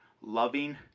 loving